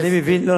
לא,